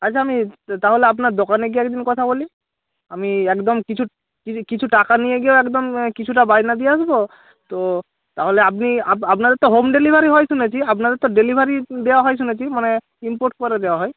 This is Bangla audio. আচ্ছা আমি তাহলে আপনার দোকানে গিয়ে এক দিন গিয়ে কথা বলি আমি একদম কিছু কিছু টাকা নিয়ে গিয়েও একদম কিছুটা বায়না দিয়ে আসবো তো তাহলে আপনি আপনাদের তো হোম ডেলিভারি হয় শুনেছি আপনাদের তো ডেলিভারি দেওয়া হয় শুনেছি মানে ইম্পোর্ট করে দেওয়া হয়